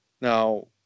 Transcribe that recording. Now